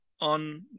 on